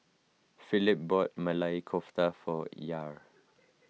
Philip bought Maili Kofta for Yair